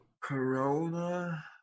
Corona